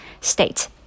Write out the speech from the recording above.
state